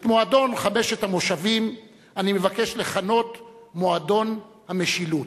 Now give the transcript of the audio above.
את מועדון חמשת המושבים אני מבקש לכנות "מועדון המשילות".